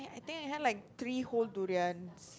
then I had like three whole durians